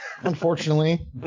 Unfortunately